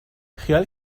خیال